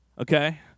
Okay